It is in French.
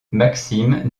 maxime